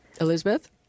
Elizabeth